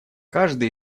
каждый